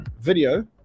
video